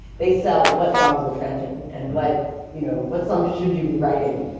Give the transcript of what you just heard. they sell what songs are trending, and what you know what songs should you be writing.